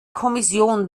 kommission